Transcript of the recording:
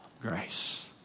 grace